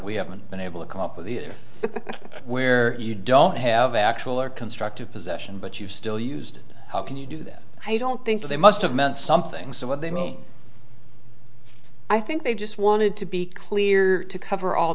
we haven't been able to come up with a year where you don't have actual or constructive possession but you still used how can you do that i don't think they must have meant something so what they mean i think they just wanted to be clear to cover all